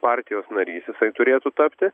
partijos narys jisai turėtų tapti